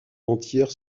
entière